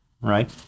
right